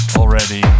already